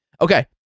Okay